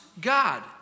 God